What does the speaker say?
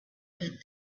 good